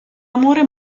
amore